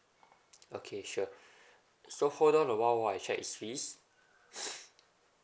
okay sure so hold on a while while I check the fees